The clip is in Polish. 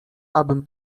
abym